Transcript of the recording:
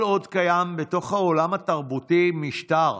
כל עוד קיים בתוך העולם התרבותי משטר,